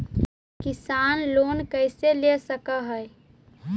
किसान लोन कैसे ले सक है?